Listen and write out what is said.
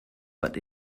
but